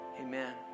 Amen